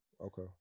Okay